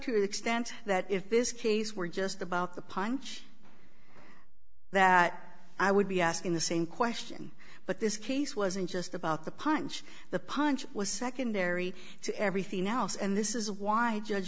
the extent that if this case were just about the punch that i would be asking the same question but this case wasn't just about the punch the punch was secondary to everything else and this is why i judge